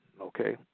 okay